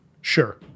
sure